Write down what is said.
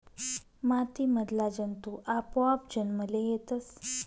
माती मधला जंतु आपोआप जन्मले येतस